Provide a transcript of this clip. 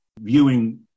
viewing